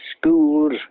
schools